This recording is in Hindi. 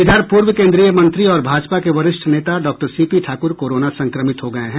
पूर्व केन्द्रीय मंत्री और भाजपा के वरिष्ठ नेता doctor C P Thakur corona संक्रमित हो गये हैं